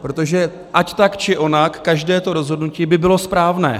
Protože ať tak či onak, každé to rozhodnutí by bylo správné.